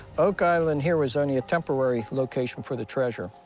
oak island here was only a temporary location for the treasure.